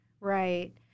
Right